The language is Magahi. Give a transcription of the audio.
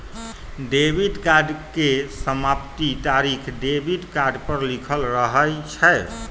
डेबिट कार्ड के समाप्ति तारिख डेबिट कार्ड पर लिखल रहइ छै